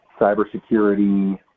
cybersecurity